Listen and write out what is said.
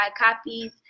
copies